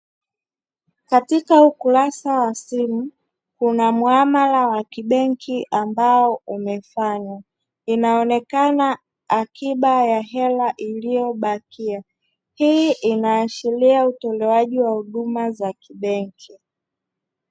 Katika ukurasa wa simu kuna muamala wa kibenki ambao umefanywa, inaonekana akiba ya hela iliyobakia. Hii inaashiria utolewaji wa huduma za kibenki.